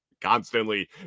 constantly